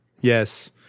yes